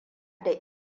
da